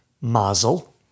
Mazel